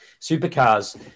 Supercars